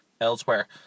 elsewhere